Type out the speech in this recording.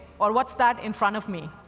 or, what's that in front of me?